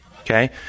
Okay